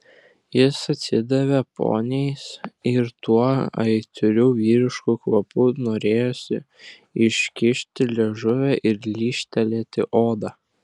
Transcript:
jis atsidavė poniais ir tuo aitriu vyrišku kvapu norėjosi iškišti liežuvį ir lyžtelėti odą